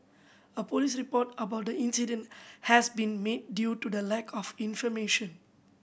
a police report about the incident has been made due to the lack of information